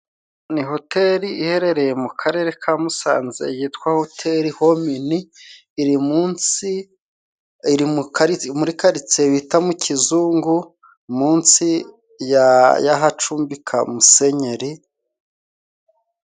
Ni hoteli iherereye mu karere ka Musanze yitwa hotel Homini iri munsi, iri muri karitsiye bita mu Kizungu, munsi y'ahacumbika musenyeri.